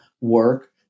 work